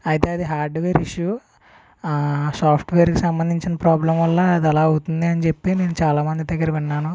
అయితే అది hardware issue సాఫ్ట్వేర్కి సంబంధించిన ప్రాబ్లం వల్ల అది అలా అవుతుంది అని చెప్పి నేను చాలామంది దగ్గర విన్నాను